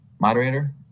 Moderator